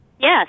yes